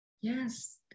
yes